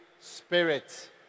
Spirit